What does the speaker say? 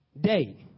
day